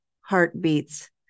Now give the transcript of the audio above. heartbeats